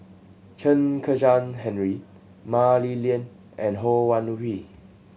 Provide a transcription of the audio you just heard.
Chen Kezhan Henri Mah Li Lian and Ho Wan Hui